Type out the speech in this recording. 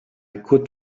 could